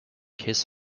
kiss